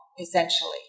essentially